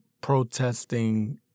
protesting